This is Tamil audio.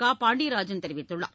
கபாண்டியராஜன் தெரிவித்துள்ளார்